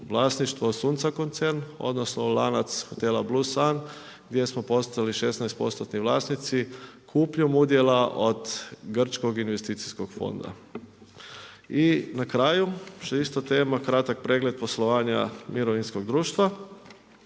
vlasništvo Sunca koncern, odnosno lanac Hotela Bluesun, gdje smo postali 16% vlasnici, kupnjom udjela od Grčkog investicijskog fonda. I na kraju što je isto tema, kratak pregled poslovanja mirovinskog društva.